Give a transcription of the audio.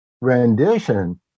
rendition